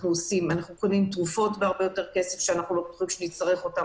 אנחנו קונים תרופות ביותר כסף שאנחנו לא בטוחים שנצטרך אותן,